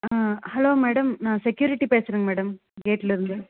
hello madam நான் security பேசுறங்க madam கேட்டுலருந்து